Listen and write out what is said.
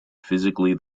physically